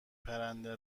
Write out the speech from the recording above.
پرنده